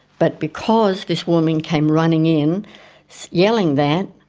but because this woman came running in yelling that,